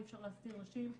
אי אפשר להסתיר נשים,